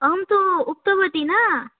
अहं तु उक्तवती न